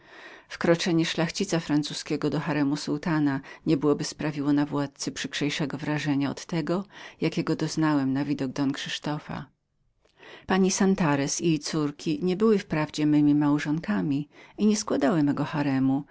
wkroczenie szlachcica francuzkiego do haremu sułtana nie byłoby sprawiło przykrzejszego wrażenia od tego jakiego doznałem na widok don krzysztofa pani santarez i jej córki nie były wprawdzie memi małżonkami i nie składały mego haremu